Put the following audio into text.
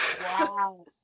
Wow